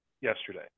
yesterday